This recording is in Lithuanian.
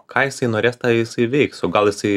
ką jisai norės tą jisai veiks o gal jisai